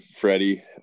Freddie